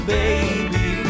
baby